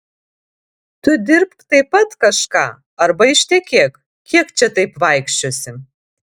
tu dirbk taip pat kažką arba ištekėk kiek čia taip vaikščiosi